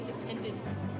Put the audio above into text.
independence